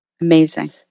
amazing